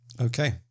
Okay